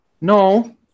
No